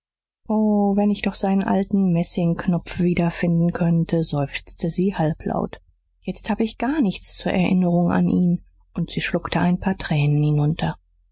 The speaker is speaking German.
wenn ich doch seinen alten messingknopf wiederfinden könnte seufzte sie halblaut jetzt hab ich gar nichts zur erinnerung an ihn und sie schluckte ein paar tränen hinunter